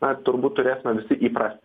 turbūt turėsime visi įprasti